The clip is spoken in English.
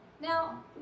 Now